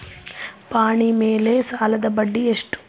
ಪಹಣಿ ಮೇಲೆ ಸಾಲದ ಬಡ್ಡಿ ಎಷ್ಟು?